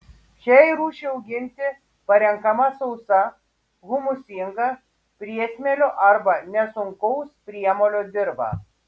šiai rūšiai auginti parenkama sausa humusingą priesmėlio arba nesunkaus priemolio dirva